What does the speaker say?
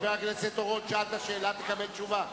חבר הכנסת אורון, שאלת שאלה, תקבל תשובה.